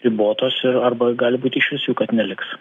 ribotos ir arba gali būt išvis jų kad neliks